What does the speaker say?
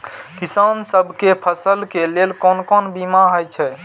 किसान सब के फसल के लेल कोन कोन बीमा हे छे?